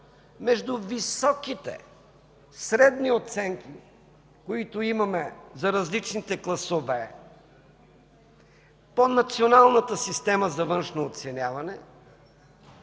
между високите средни оценки, които имаме за различните класове по националната система за външно оценяване